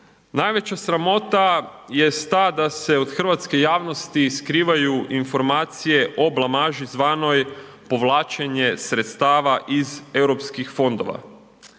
Najveća sramota jest ta da se od hrvatske javnosti skrivaju informacije o blamaži zvanoj povlačenje sredstava iz eu fondova.